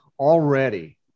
Already